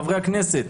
חברי הכנסת.